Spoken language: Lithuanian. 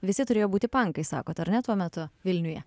visi turėjo būti pankai sakot ar ne tuo metu vilniuje